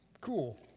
cool